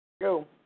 Go